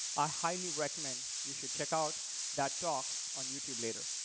i highly recommend you should check out that talk on youtube later.